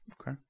Okay